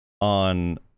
on